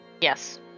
Yes